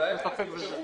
ספק בזה.